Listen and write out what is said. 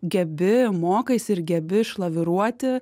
gebi mokaisi ir gebi išlaviruoti